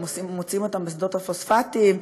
ומוצאים אותן בשדות הפוספטים,